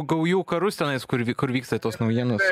gaujų karus tenais kur kur vyksta tos naujienos